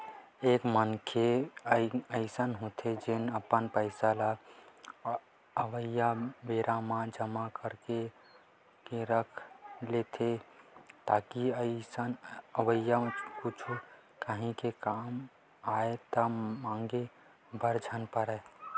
एक मनखे अइसन होथे जेन अपन पइसा ल अवइया बेरा बर जमा करके के रख देथे ताकि अवइया कुछु काही के कामआय म मांगे बर झन परय